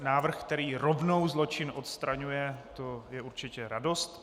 Návrh, který rovnou zločin odstraňuje, to je určitě radost.